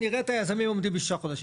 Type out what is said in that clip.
נראה את היזמים עומדים ב-6 חודשים.